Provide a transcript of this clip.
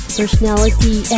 personality